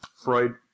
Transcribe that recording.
Freud